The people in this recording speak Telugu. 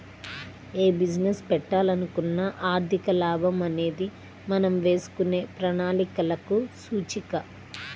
యే బిజినెస్ పెట్టాలనుకున్నా ఆర్థిక లాభం అనేది మనం వేసుకునే ప్రణాళికలకు సూచిక